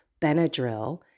Benadryl